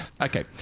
Okay